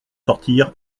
sortir